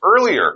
earlier